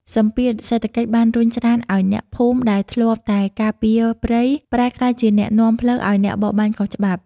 សម្ពាធសេដ្ឋកិច្ចបានរុញច្រានឱ្យអ្នកភូមិដែលធ្លាប់តែការពារព្រៃ ប្រែក្លាយជាអ្នកនាំផ្លូវឱ្យអ្នកបរបាញ់ខុសច្បាប់។